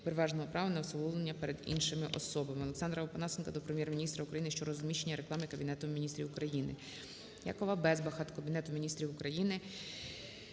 переважного права на усиновлення перед іншими особами.